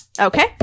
okay